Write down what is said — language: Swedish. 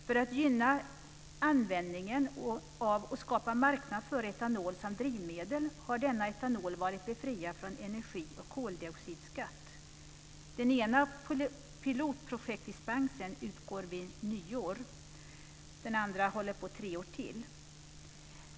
För att gynna användningen av och skapa marknad för etanol som drivmedel har denna etanol varit befriad från energi och koldioxidskatt. Den ena pilotprojektdispensen utgår vid nyår, och den andra löper tre år till.